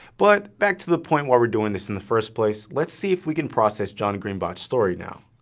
but back to the point why we're doing this in the first place let's see if we can process john green bot's story now.